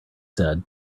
said